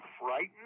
frightened